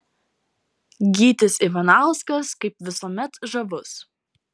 gytis ivanauskas kaip visuomet žavus